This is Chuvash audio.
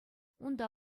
унта